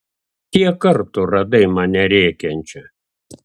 kiek kartų radai mane rėkiančią